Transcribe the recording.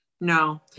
No